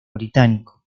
británico